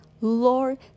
Lord